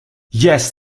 yes